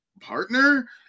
partner